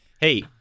Hey